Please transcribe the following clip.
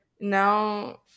now